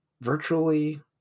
virtually